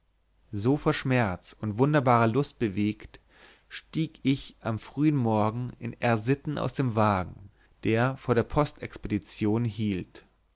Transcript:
so von schmerz und wunderbarer lust bewegt stieg ich am frühen morgen in r sitten aus dem wagen der vor der postexpedition hielt